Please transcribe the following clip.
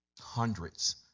Hundreds